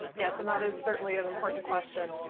yes, and that is certainly an important question.